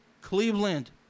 Cleveland